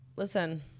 Listen